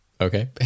Okay